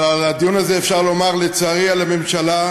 אבל על הדיון הזה אפשר לומר, לצערי, על הממשלה,